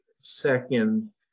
Second